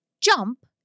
jump